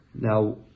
Now